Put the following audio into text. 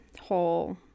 whole